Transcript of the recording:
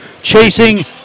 Chasing